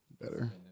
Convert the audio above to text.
Better